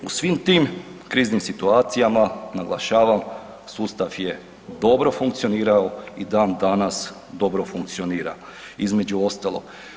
U svim tim kriznim situacijama naglašavam sustav je dobro funkcionirao i dan danas dobro funkcionira između ostalog.